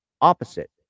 opposite